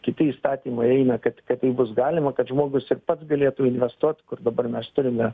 kiti įstatymai eina kad kad tai bus galima kad žmogus ir pats galėtų investuot kur dabar mes turime